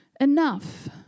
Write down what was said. enough